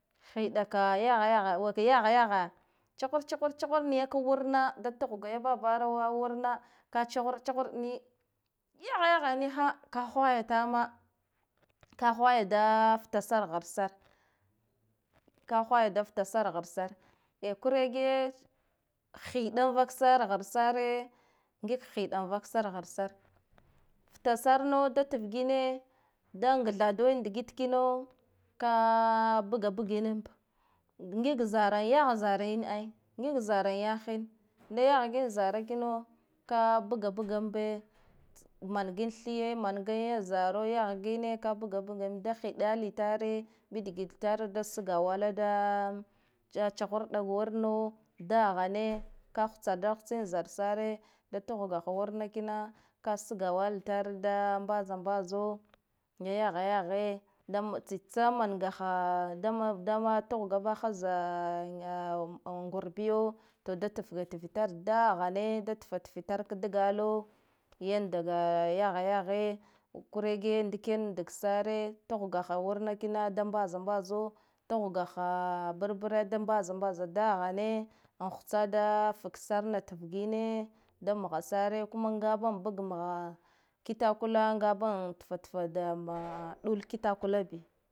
Hiɗa ka yahayahe wage yahagaha chuhur-chuhur niya ka wurna da tuhgaka babaro wurna ka chuhur chuhur niya yahayaye niha ka hwaye tama ka hwaya da ftasare harsare ka hwaya da ftasare da har sare a kurege hiɗa vaksare da har sare ngiɗa hiɗa vakasare harsare ftsarna da tfgine da ngthadowine dgid kino ka bue, a bugine amb ngiga zaro yah zaraine ai ngiga zara yahayin da yahgine zaro kino ka buga buga yininde managin thiye manga yi zaroo yahgine ka buga buga ambe da hiɗalitare ba digitare da sugawala da chuhurɗa wurno dahane ka hutsawadala hutsin zarsare da tuhgaha wurna kina ka sgawala itare da mbaza mbazo naya haya yahe da tsitsa mangaha damatuh dama ga za ngur biyo to da tfgatfitar dahane datfat fitar dagalo yan daga yahayahe, kurege ndiken da dakzare tuhgaha wurna kina da mbaza mbazo, tuhgaha burbure dambaza mbazda hane an hutsada fuksarna tfgine da muhasare kuma nga bukmha kitakula nga tfatfa ma dula kitakula biya.